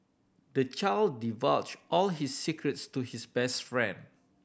the child divulged all his secrets to his best friend